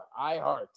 iHeart